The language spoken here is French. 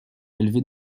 élevée